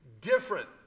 different